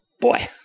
boy